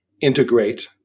integrate